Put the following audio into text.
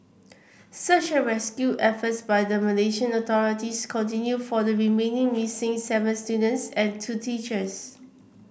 search rescue efforts by the Malaysian authorities continue for the remaining missing seven students and two teachers